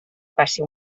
passi